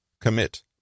Commit